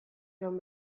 joan